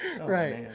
Right